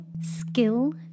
skill